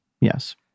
Yes